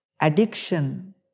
addiction